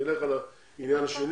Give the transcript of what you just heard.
נלך על העניין השני,